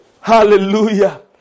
Hallelujah